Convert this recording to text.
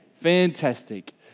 Fantastic